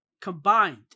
Combined